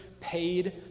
paid